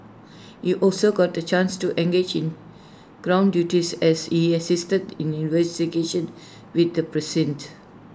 he also got the chance to engage in ground duties as he assisted in investigations within the precinct